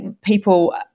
people